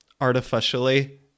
artificially